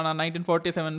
1947